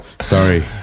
sorry